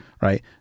right